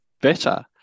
better